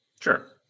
Sure